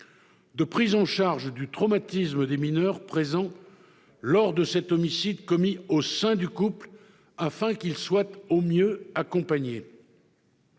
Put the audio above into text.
de prise en charge du traumatisme des mineurs présents lors d'un homicide commis au sein du couple, afin qu'ils soient accompagnés